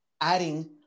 adding